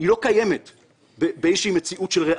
לא קיימת במציאות כלשהי.